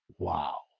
Wow